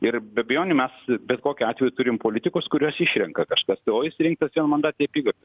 ir be abejonių mes bet kokiu atveju turim politikus kuriuos išrenka kažkas tai o jis rinktas vienmandatėj apygardoj